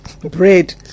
bread